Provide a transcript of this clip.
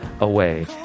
away